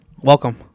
Welcome